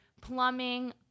plumbing